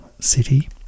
city